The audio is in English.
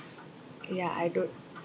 ya I don't